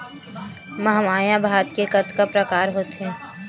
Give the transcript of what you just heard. महमाया भात के कतका प्रकार होथे?